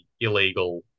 illegal